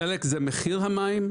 חלק זה מחיר המים,